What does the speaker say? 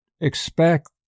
expect